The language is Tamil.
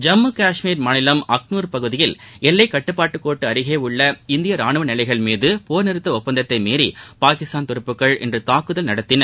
ஜம்மு காஷ்மீர் மாநிலம் அக்னூர் பகுதியில் எல்லைக்கட்டுப்பாட்டு கோட்டு அருகே உள்ள இந்திய ராணுவ நிலைகள் மீது போா் நிறுத்த ஒப்பந்தத்தை மீறி பாகிஸ்தான் துருப்புகள் இன்று தாக்குதல் நடத்தின